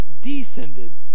descended